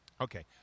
Okay